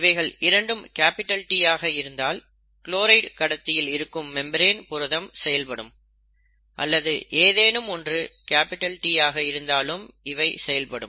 இவைகள் இரண்டும் T ஆக இருந்தால் க்ளோரைடு கடத்தியில் இருக்கும் மெம்பரேன் புரதம் செயல்படும் அல்லது ஏதேனும் ஒன்று T ஆக இருந்தாலும் இவை செயல்படும்